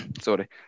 sorry